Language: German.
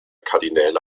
kardinäle